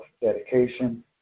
dedication